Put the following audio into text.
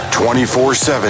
24-7